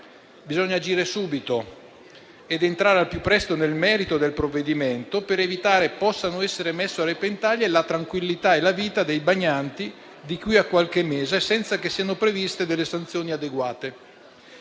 bisogna agire subito ed entrare al più presto nel merito del provvedimento, per evitare che possano essere messe a repentaglio la tranquillità e la vita dei bagnanti, di qui a qualche mese, senza che siano previste sanzioni adeguate.